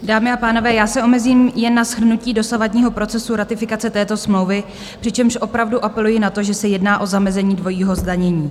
Dámy a pánové, já se omezím jen na shrnutí dosavadního procesu ratifikace této smlouvy, přičemž opravdu apeluji na to, že se jedná o zamezení dvojímu zdanění.